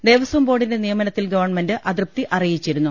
ദേവസ്വം ബോർഡിന്റെ നിയമനത്തിൽ ഗവൺമെന്റ് അതൃപ്തി അറിയിച്ചിരുന്നു